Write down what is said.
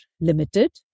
limited